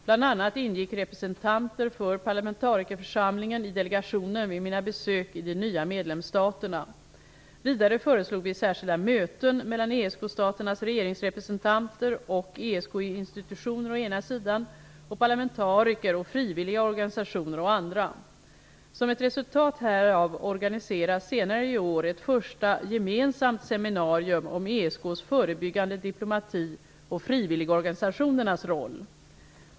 Bl.a. ingick representanter för parlamentarikerförsamlingen i delegationen vid mina besök i de nya medlemsstaterna. Vidare föreslog vi särskilda möten mellan ESK-staternas regeringsrepresentanter och ESK-institutioner å ena sidan och parlamentariker och frivilliga organisationer å andra sidan. Som ett resultat härav organiseras senare i år ett första gemensamt seminarium om ESK:s förebyggande diplomati och frivilligorganisationernas roll.